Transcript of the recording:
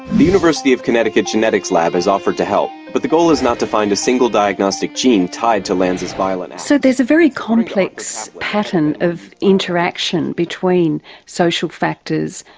the university of connecticut genetics lab has offered to help but the goal is not to find a single diagnostic gene tied to lanza's violent act. so there's a very complex pattern of interaction between social factors,